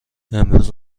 امروز